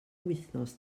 wythnos